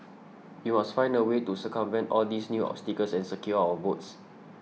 we must find a way to circumvent all these new obstacles and secure our votes